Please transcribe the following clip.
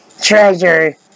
treasure